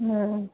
हा